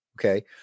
okay